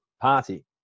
party